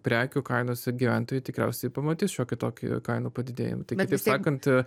prekių kainose gyventojai tikriausiai pamatys šiokį tokį kainų padidėjimą tai kitaip sakant